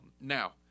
Now